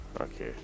okay